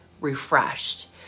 refreshed